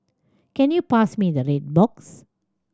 can you pass me the red box